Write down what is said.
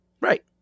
Right